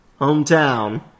Hometown